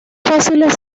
fósiles